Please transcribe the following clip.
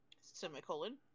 Semicolon